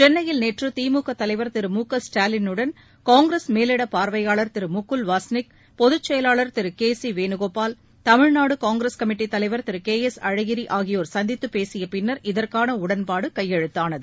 சென்னையில் நேற்று திமுக தலைவர் திரு மு க ஸ்டாலின் உடன் காங்கிரஸ் மேலிட பார்வையாளர் திரு முகுல் வாஸ்னிக் பொதுச்செயலாளர் திரு கே சி வேணுகோபால் தமிழ்நாடு காங்கிரஸ் கமிட்டித்தலைவர் திரு கே எஸ் அழகிரி ஆகியோர் சந்தித்து பேசிய பின்னர் இதற்கான உடன்பாடு கையெழுத்தானது